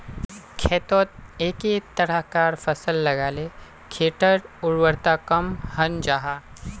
खेतोत एके तरह्कार फसल लगाले खेटर उर्वरता कम हन जाहा